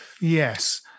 Yes